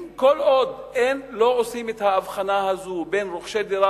כל עוד לא עושים את ההבחנה הזו בין רוכשי דירה